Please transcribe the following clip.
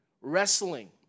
wrestling